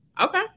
Okay